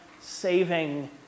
saving